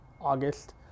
August